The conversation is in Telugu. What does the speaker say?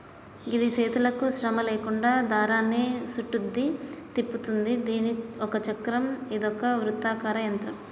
గిది చేతులకు శ్రమ లేకుండా దారాన్ని సుట్టుద్ది, తిప్పుతుంది దీని ఒక చక్రం ఇదొక వృత్తాకార యంత్రం